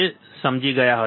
તમે સમજી ગયા